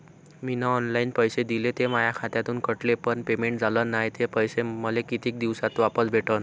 मीन online पैसे दिले, ते माया खात्यातून कटले, पण पेमेंट झाल नायं, ते पैसे मले कितीक दिवसात वापस भेटन?